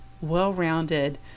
well-rounded